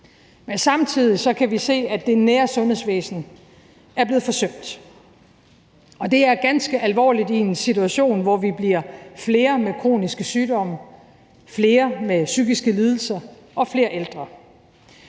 Men samtidig kan vi se, at det nære sundhedsvæsen er blevet forsømt, og det er ganske alvorligt i en situation, hvor vi bliver flere med kroniske sygdomme, flere med psykiske lidelser og flere ældre.